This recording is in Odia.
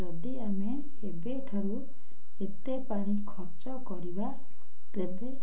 ଯଦି ଆମେ ଏବେଠାରୁ ଏତେ ପାଣି ଖର୍ଚ୍ଚ କରିବା ତେବେ